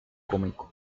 cómico